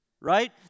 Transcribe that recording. Right